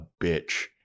bitch